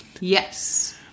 Yes